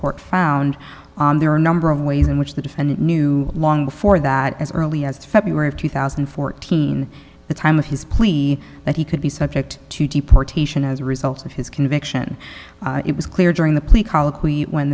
court found there are a number of ways in which the defendant knew long before that as early as february of two thousand and fourteen the time of his plea that he could be subject to deportation as a result of his conviction it was clear during the